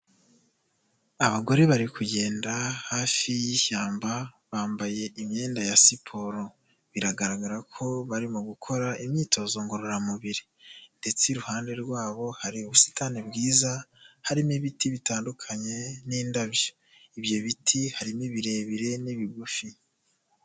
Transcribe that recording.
Abagore bari kugenda hafi y'ishyamba bambaye imyenda ya siporo, biragaragara ko barimo gukora imyitozo ngororamubiri ndetse iruhande rwabo hari ubusitani bwiza harimo ibiti bitandukanye n'indabyo, ibyo biti harimo birebire n'ibigufi.